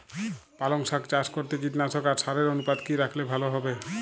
পালং শাক চাষ করতে কীটনাশক আর সারের অনুপাত কি রাখলে ভালো হবে?